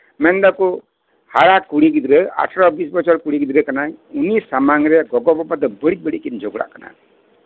ᱢᱮᱱ ᱮᱫᱟᱠᱚ ᱦᱟᱨᱟ ᱠᱩᱲᱤ ᱜᱤᱫᱽᱨᱟᱹ ᱟᱴᱷᱨᱚ ᱵᱤᱥ ᱵᱚᱪᱷᱚᱨ ᱨᱮᱱ ᱠᱩᱲᱤ ᱜᱤᱫᱽᱨᱟᱹ ᱠᱟᱱᱟᱭ ᱩᱱᱤ ᱥᱟᱢᱟᱝ ᱨᱮ ᱜᱚᱜᱚ ᱵᱟᱵᱟ ᱫᱚ ᱵᱟᱹᱲᱤᱡ ᱵᱟᱹᱲᱤᱡ ᱠᱤᱱ ᱡᱷᱚᱜᱲᱟᱜ ᱠᱟᱱᱟ